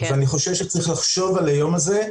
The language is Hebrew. אני חושב שצריך לחשוב על היום הזה,